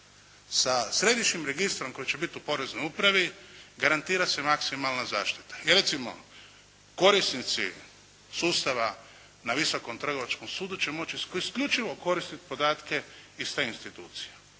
Sa središnjim registrom koji će biti u poreznoj upravi, garantira se maksimalna zaštita. Recimo, korisnici sustava na Visokom trgovačkom sudu će moći isključivo koristiti podatke iz te institucije.